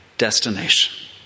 destination